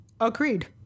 Agreed